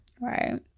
Right